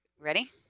Ready